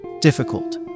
Difficult